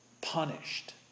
punished